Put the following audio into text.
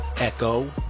echo